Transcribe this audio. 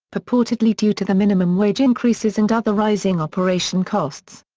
purportedly due to the minimum wage increases and other rising operation costs.